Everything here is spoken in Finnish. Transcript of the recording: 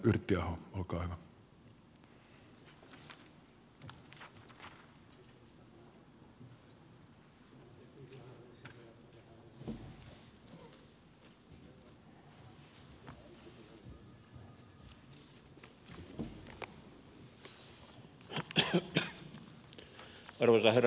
arvoisa herra puhemies